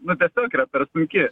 nu tiesiog yra per sunki